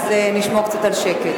אז נשמור קצת על שקט.